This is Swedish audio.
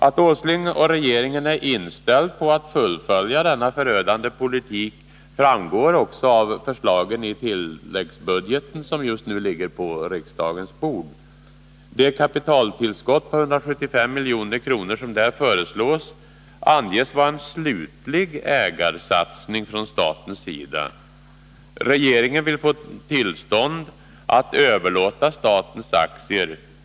Att Nils Åsling och regeringen är inställda på att fullfölja denna förödande politik framgår också av förslaget i tilläggsbudgeten, som just nu ligger på riksdagens bord. Det kapitaltillskott på 175 milj.kr. som där föreslås anges vara en slutlig ägarsatsning från statens sida. Regeringen vill få tillstånd att överlåta statens aktier.